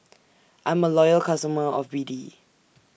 I'm A Loyal customer of B D